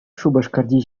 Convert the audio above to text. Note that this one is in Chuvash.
шупашкарти